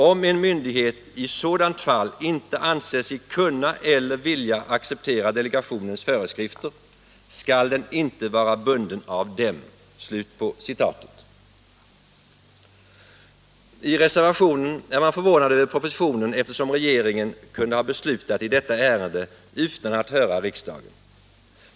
Om en myndighet i ett sådant fall inte anser sig kunna eller vilja acceptera delegationens föreskrifter skall den inte vara bunden av dem.” I reservationen är man förvånad över propositionen, eftersom regeringen kunde ha beslutat i detta ärende utan att höra riksdagen.